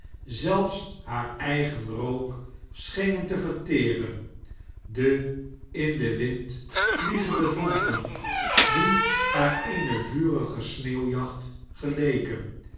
zelfs haar eigen rook schenen te verteren de in den wind vliegende vonken die naar eene vurige sneeuwjacht geleken